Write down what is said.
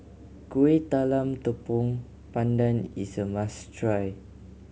Kuih Talam Tepong Pandan is a must try